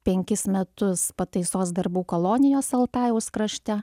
penkis metus pataisos darbų kolonijos altajaus krašte